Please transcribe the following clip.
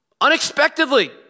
Unexpectedly